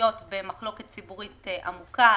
ששנויות במחלוקת ציבורית עמוקה,